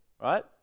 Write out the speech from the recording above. Right